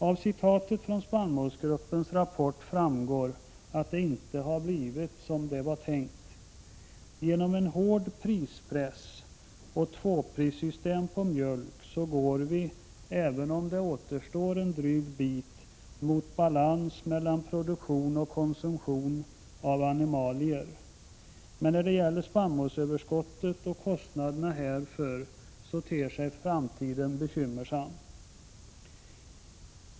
Av citatet från spannmålsgruppens rapport framgår att det inte har blivit som det var tänkt. Genom en hård prispress och ett tvåprissystem för mjölk går vi — även om det återstår en dryg bit — mot balans mellan produktion och konsumtion av animalier. Men när det gäller spannmålsöverskottet och kostnaderna härför ter sig framtiden bekymmersam.